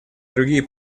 другие